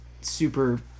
super